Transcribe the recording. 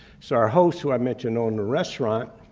so our host, who i mentioned owned a restaurant,